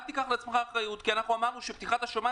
אל תיקח על עצמך אחריות כי אמרנו שפתיחת השמיים